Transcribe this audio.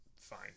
fine